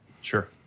Sure